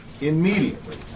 immediately